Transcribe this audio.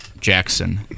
jackson